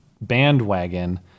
bandwagon